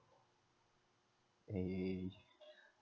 eh